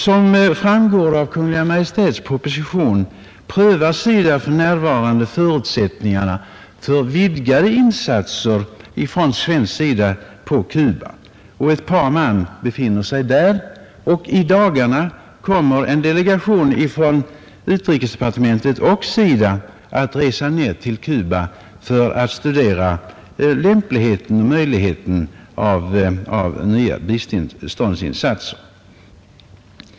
Som framgår av Kungl. Maj:ts proposition prövar SIDA för närvarande förutsättningarna för vidgade insatser från svensk sida till Cuba. Ett par man befinner sig redan där, och i dagarna kommer en delegation från utrikesdepartementet och SIDA att resa ner till Cuba och studera lämpligheten och möjligheten av nya biståndsinsatser.